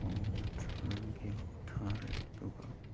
ꯐꯧ ꯅꯠꯇ꯭ꯔꯒ ꯒꯦꯍꯨ ꯊꯥꯔꯦ ꯑꯗꯨꯒ